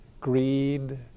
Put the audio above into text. greed